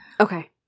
Okay